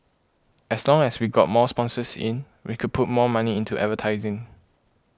as long as we got more sponsors in we could put more money into advertising